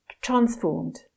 transformed